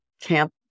camp